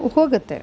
ಹೋಗುತ್ತೆ